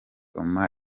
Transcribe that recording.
omar